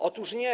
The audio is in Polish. Otóż nie.